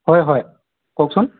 হয় হয় কওকচোন